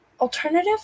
alternative